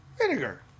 vinegar